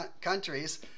countries